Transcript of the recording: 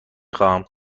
خواهم